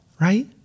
Right